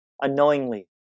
unknowingly